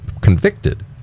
convicted